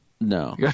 No